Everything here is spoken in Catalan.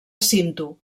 cinto